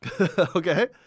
Okay